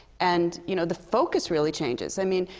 and you know, the focus really changes. i mean,